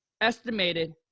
estimated